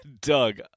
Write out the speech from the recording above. Doug